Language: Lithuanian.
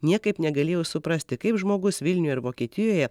niekaip negalėjau suprasti kaip žmogus vilniuje ar vokietijoje